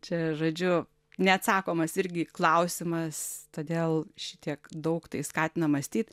čia žodžiu neatsakomas irgi klausimas todėl šitiek daug tai skatina mąstyt